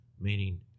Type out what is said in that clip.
meaning